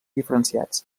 diferenciats